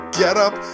getup